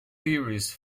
theories